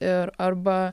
ir arba